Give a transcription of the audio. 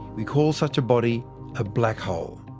we call such a body a black hole.